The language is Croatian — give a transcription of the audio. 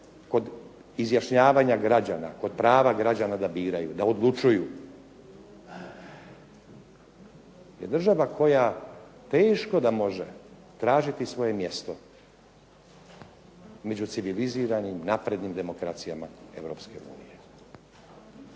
kod izjašnjavanja građana, kod prava građana da biraju, da odlučuju je država koja teško da može tražiti svoje mjesto među civiliziranim naprednim demokracijama